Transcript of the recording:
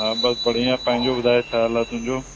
हा बसि बढ़िया पंहिंजो ॿुधाए छा हाल आहे तुंहिंजो